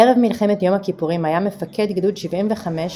ערב מלחמת יום הכיפורים היה מפקד גדוד 75,